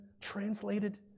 translated